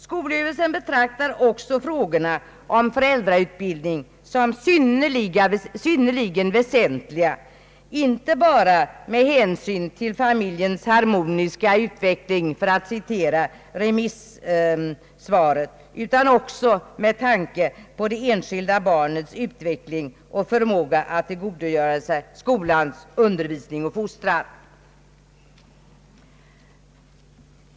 Skolöverstyrelsen betraktar frågan om föräldrautbildning som synnerligen väsentlig, inte bara med hänsyn till familjens harmoniska utveckling för att citera remissvaret — utan också med tanke på det enskilda barnets utveckling och förmåga att tillgodogöra sig skolans undervisning och fostran.